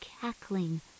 cackling